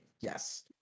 Yes